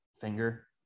finger